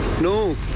No